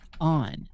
on